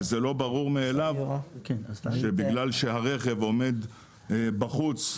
וזה לא ברור מאילו שבגלל שהרכב עומד בחוץ,